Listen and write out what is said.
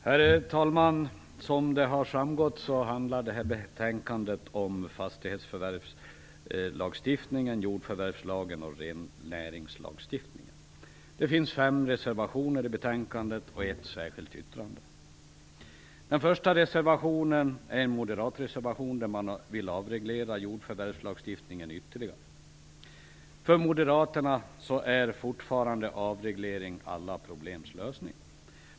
Herr talman! Som det har framgått handlar detta betänkande om fastighetsförvärvslagstiftningen, jordförvärvslagen och rennäringslagstiftningen. Det finns fem reservationer i betänkandet och ett särskilt yttrande. Den första reservationen är en moderat reservation där man vill avreglera jordförvärvslagstiftningen ytterligare. För moderaterna är avreglering fortfarande alla problems lösning.